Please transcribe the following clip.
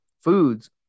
foods